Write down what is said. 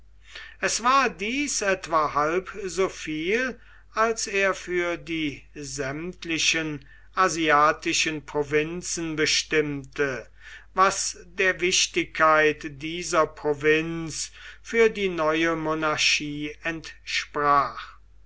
es war dies etwa halb soviel als er für die sämtlichen asiatischen provinzen bestimmte was der wichtigkeit dieser provinz für die neue monarchie entsprach